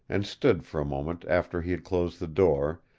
and stood for a moment after he had closed the door,